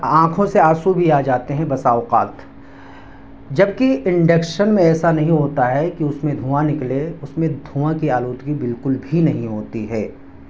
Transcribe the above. آنکھوں سے آنسو بھی آ جاتے ہیں بسا اوقات جب کہ انڈکشن میں ایسا نہیں ہوتا ہے کہ اس میں دھواں نکلے اس میں دھواں کی آلودگی بالکل بھی نہیں ہوتی ہے